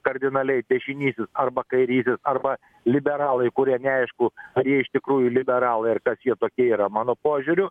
kardinaliai dešinysis arba kairysis arba liberalai kurie neaišku ar jie iš tikrųjų liberalai ar kas jie tokie yra mano požiūriu